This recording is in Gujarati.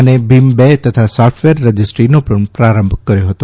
અને ભીમ બે તથા સોફ્ટવેર રજીસ્ટ્રીનો પણ આરંભ કર્યો હતો